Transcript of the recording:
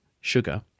sugar